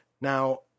Now